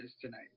tonight